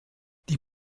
die